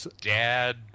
dad